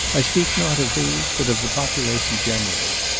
i speak not of these, but of the population generally,